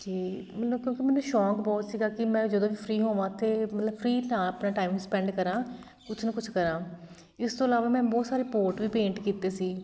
ਜੇ ਮਤਲਬ ਕਿਉਂਕਿ ਮੈਨੂੰ ਸ਼ੌਕ ਬਹੁਤ ਸੀਗਾ ਕਿ ਮੈਂ ਜਦੋਂ ਵੀ ਫਰੀ ਹੋਵਾਂ ਤਾਂ ਮਤਲਬ ਫਰੀ ਤਾਂ ਆਪਣਾ ਟਾਈਮ ਸਪੈਂਡ ਕਰਾਂ ਕੁਛ ਨਾ ਕੁਛ ਕਰਾਂ ਇਸ ਤੋਂ ਇਲਾਵਾ ਮੈਂ ਬਹੁਤ ਸਾਰੇ ਪੋਟ ਵੀ ਪੇਂਟ ਕੀਤੇ ਸੀ